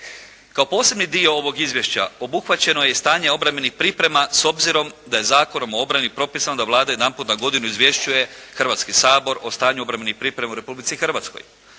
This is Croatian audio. Kao posebni dio ovog izvješća obuhvaćeno je i stanje obrambenih priprema s obzirom da je Zakonom o obrani propisano da Vlada jedanput na godinu izvješćuje Hrvatski sabor o stanju obrambenih priprema u Republici Hrvatskoj.